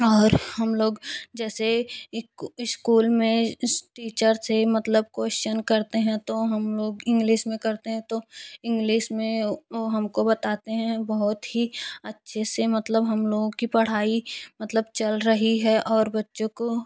और हम लोग जैसे इस्कूल में टीचर से मतलब क्वेश्चन करते हैं तो हम लोग इंग्लिस में करते हैं तो इंग्लिस में वो हम को बताते हैं बहुत ही अच्छे से मतलब हम लोगों की पढ़ाई मतलब चल रही है और बच्चों को